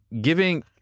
giving